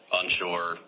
onshore